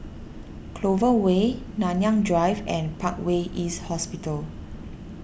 Clover Way Nanyang Drive and Parkway East Hospital